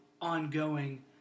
ongoing